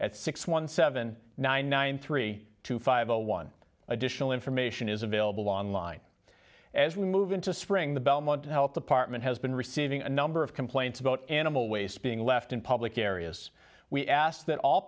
at six one seven nine nine three two five zero one additional information is available online as we move into spring the belmont health apartment has been receiving a number of complaints about animal waste being left in public areas we ask that all